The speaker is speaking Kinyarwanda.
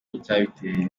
icyabiteye